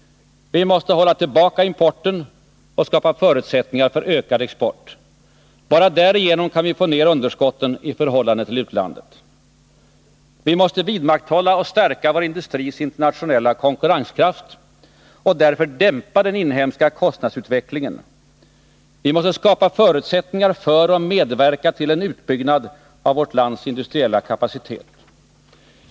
Vi måste hålla tillbaka importen och skapa förutsättningar för en ökad export. Bara därigenom kan vi få ned underskotten i förhållande till utlandet. Vi måste vidmakthålla och stärka vår industris internationella konkurrenskraft och därför dämpa den inhemska kostnadsutvecklingen. Vi måste skapa förutsättningar för och medverka till en utbyggnad av vårt lands industriella kapacitet.